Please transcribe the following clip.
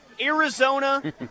Arizona